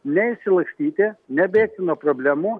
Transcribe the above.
neišsilakstyti nebėgti nuo problemų